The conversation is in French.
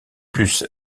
plus